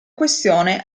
questione